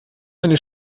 eine